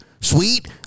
sweet